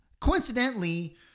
coincidentally